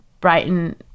Brighton